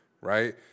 right